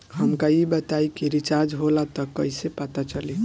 हमका ई बताई कि रिचार्ज होला त कईसे पता चली?